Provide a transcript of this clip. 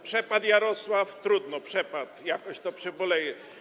Przepadł Jarosław, trudno, przepadł, jakoś to przeboleję.